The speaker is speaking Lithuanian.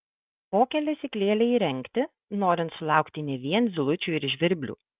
kokią lesyklėlę įrengti norint sulaukti ne vien zylučių ir žvirblių